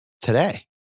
today